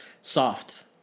soft